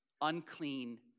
unclean